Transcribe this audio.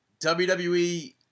WWE